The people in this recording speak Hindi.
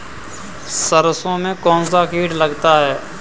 सरसों में कौनसा कीट लगता है?